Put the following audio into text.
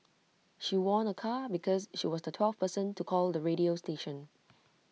she won A car because she was the twelfth person to call the radio station